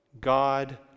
God